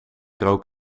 rook